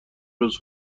روز